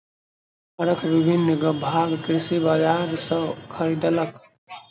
हरक विभिन्न भाग कृषक बजार सॅ खरीदलक